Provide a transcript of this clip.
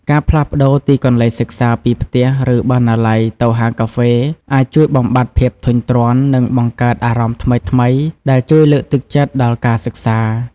ការផ្លាស់ប្ដូរទីកន្លែងសិក្សាពីផ្ទះ ឬបណ្ណាល័យទៅហាងកាហ្វេអាចជួយបំបាត់ភាពធុញទ្រាន់ និងបង្កើតអារម្មណ៍ថ្មីៗដែលជួយលើកទឹកចិត្តដល់ការសិក្សា។